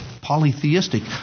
polytheistic